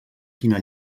quina